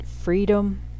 freedom